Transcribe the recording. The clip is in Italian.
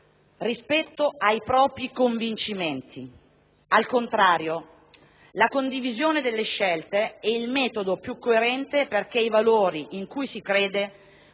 rispetto ai propri convincimenti. Al contrario, la condivisione delle scelte è il metodo più coerente perché i valori in cui si crede